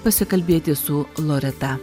pasikalbėti su loreta